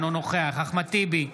אינו נוכח אחמד טיבי,